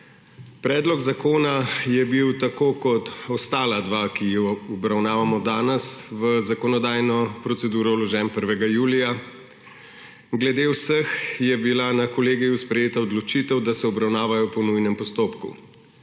Predlog zakona je bil tako kot ostala dva, ki ju obravnavamo danes, v zakonodajno proceduro vložen 1. julija. Glede vseh je bila na kolegiju sprejeta odločitev, da se obravnavajo po nujnem postopku.